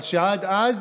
אבל שעד אז